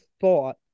thought